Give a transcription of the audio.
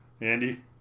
Andy